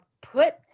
put